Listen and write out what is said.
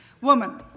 Woman